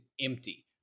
empty